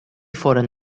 foren